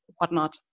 Whatnot